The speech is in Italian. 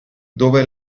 dove